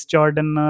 Jordan